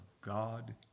God